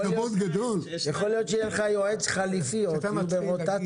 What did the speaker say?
יכול להיות שיהיה לך יועץ חליפי ברוטציה.